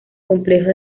complejo